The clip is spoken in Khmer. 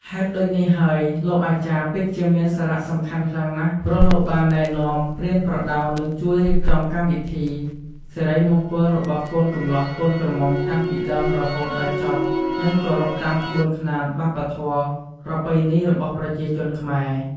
ហេតុដូចនេះហើយលោកអាចារ្យពិតជាមានសារៈសំខាន់ណាស់ព្រោះលោកបានណែនាំ ប្រៀបប្រដៅនិងជួយរៀបចំកម្មវិធីសិរិមង្គលរបស់កូនកម្លោះកូនក្រមុំតាំងពីដើមរហូតដល់ចប់និងគោរពតាមក្បួនខ្នាត វប្បធម៌ ប្រពៃណីរបស់ប្រជាជនខ្មែរ។